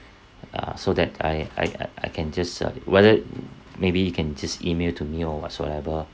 uh so that I I I I can just uh whether maybe you can just email to me or whatsoever